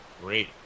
great